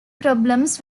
problems